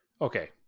Okay